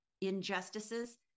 injustices